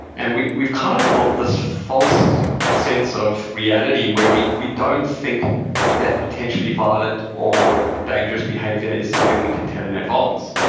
and we've kind of built this false sense of reality where we we don't think that potentially violent or dangerous behavior is something we can tell in advance,